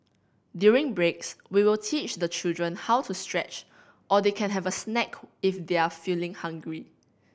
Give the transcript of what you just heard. during breaks we will teach the children how to stretch or they can have a snack if they're feeling hungry